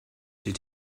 did